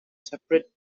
separate